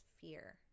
fear